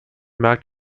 merkt